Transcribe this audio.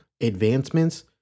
advancements